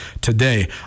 today